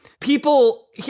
people